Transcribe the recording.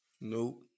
Nope